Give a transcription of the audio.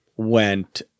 Went